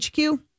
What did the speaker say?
HQ